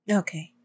okay